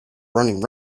running